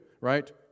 Right